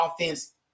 offense